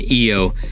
Io